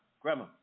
grandma